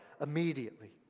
immediately